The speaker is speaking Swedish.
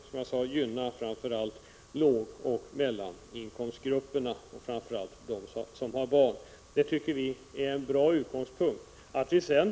Det skulle gynna dem som återfinns i lågoch mellaninkomstgrupperna, framför allt dem som har barn. Det tycker vi är en bra utgångspunkt.